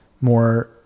more